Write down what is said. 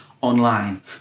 online